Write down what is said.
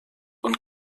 und